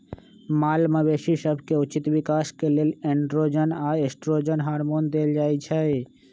माल मवेशी सभके उचित विकास के लेल एंड्रोजन आऽ एस्ट्रोजन हार्मोन देल जाइ छइ